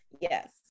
Yes